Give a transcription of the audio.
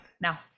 now